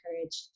encouraged